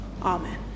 Amen